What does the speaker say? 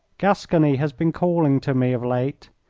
gascony has been calling to me of late.